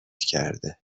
کرده